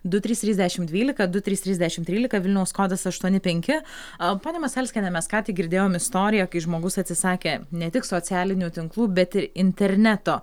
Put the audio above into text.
du trys trys dešimt dvylika du trys trys dešimt trylika vilniaus kodas aštuoni penki a ponia masalskiene mes ką tik girdėjom istoriją kai žmogus atsisakė ne tik socialinių tinklų bet ir interneto